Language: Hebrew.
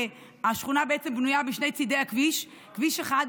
השכונה בעצם בנויה משני צידי הכביש, כביש אחד,